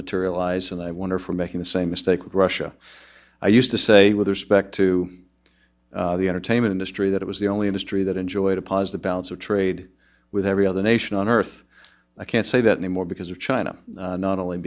materialize and i wonder for making the same mistake with russia i used to say with respect to the entertainment industry that it was the only industry that enjoyed a positive balance of trade with every other nation on earth i can't say that anymore because of china not only